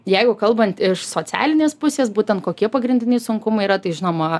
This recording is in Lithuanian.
jeigu kalbant iš socialinės pusės būtent kokie pagrindiniai sunkumai yra tai žinoma